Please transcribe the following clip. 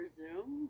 zoom